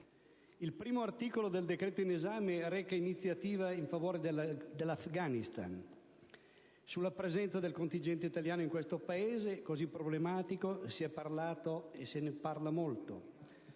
Il primo articolo del decreto in esame reca iniziative in favore dell'Afghanistan. Sulla presenza del contingente italiano in questo Paese così problematico si è parlato e si parla molto.